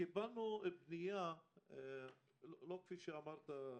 קיבלנו פנייה לא כפי שאמרת,